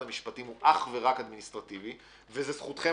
המשפטים הוא אך ורק אדמיניסטרטיבי וזאת זכותכם